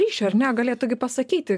ryšio ar ne galėtų gi pasakyti